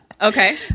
Okay